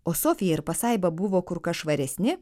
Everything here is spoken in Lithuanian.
o sofija ir pasaiba buvo kur kas švaresni